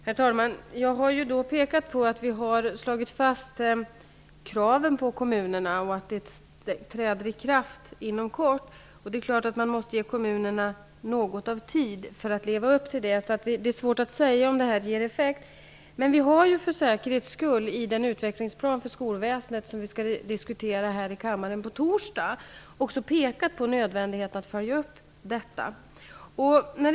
Herr talman! Jag har pekat på att vi har slagit fast de krav som skall ställas på kommunerna och att det kommer att träda i kraft inom kort. Det är klart att kommunerna måste få litet tid på sig att leva upp till kraven. Därför är det svårt att säga om det kommer att bli någon effekt. I den utvecklingsplan för skolväsendet, som vi skall diskutera här i kammaren på torsdag, har vi för säkerhets skull pekat på nödvändigheten av att följa upp det här.